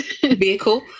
vehicle